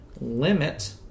limit